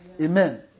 Amen